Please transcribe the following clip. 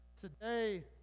Today